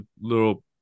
little